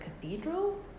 cathedral